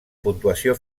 puntuació